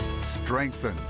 strengthen